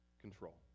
control